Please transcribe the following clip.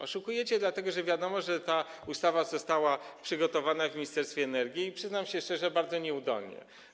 Oszukujecie, dlatego że wiadomo, że ta ustawa została przygotowana w Ministerstwie Energii, i przyznam szczerze, że bardzo nieudolnie.